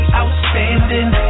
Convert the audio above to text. outstanding